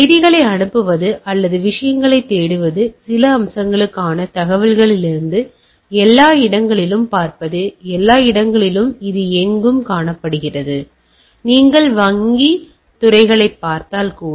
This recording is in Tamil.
செய்திகளை அனுப்புவது அல்லது விஷயங்களைத் தேடுவது சில அம்சங்களுக்கான தகவல்களிலிருந்து எல்லா இடங்களிலும் பார்ப்பது எல்லா இடங்களிலும் இது எங்கும் காணப்படுகிறது நீங்கள் வங்கித் துறைகளைப் பார்த்தால் கூட